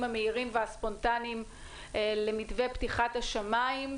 המהירים והספונטניים למתווה פתיחת השמיים.